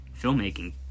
filmmaking